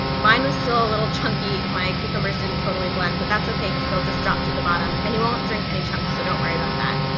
mine was still a little chunky, my cucumbers didn't totally blend, but that's okay cause they'll just drop to the bottom, and you won't drink any chunks, so don't worry about that,